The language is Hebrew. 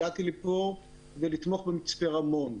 הגעתי לפה כדי לתמוך במצפה רמון,